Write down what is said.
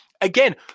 again